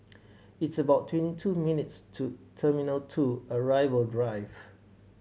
it's about twenty two minutes' to Two Arrival Drive